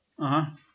(uh huh)